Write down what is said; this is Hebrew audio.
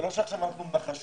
זה לא שעכשיו אנחנו מנחשים.